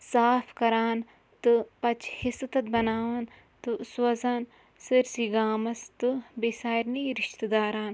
صاف کَران تہٕ پَتہٕ چھِ حِصہٕ تَتھ بَناوان تہٕ سوزان سٲرسٕے گامَس تہٕ بیٚیہِ سارنٕے رِشتہٕ دارَن